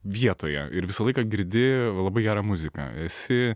vietoje ir visą laiką girdi labai gerą muziką esi